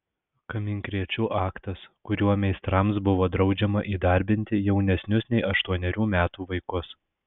kaminkrėčių aktas kuriuo meistrams buvo draudžiama įdarbinti jaunesnius nei aštuonerių metų vaikus